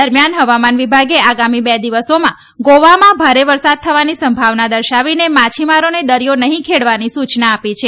દરમ્યાન હવામાન વિભાગે આગામી બે દિવસોમાં ગોવામાં ભારે વરસાદ થવાની સંભાવના દર્શાવીને માછીમારોને દરિયો નહી ખેડવાની સૂચના આપી છે